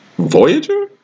Voyager